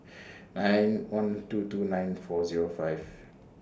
nine one two two nine four Zero five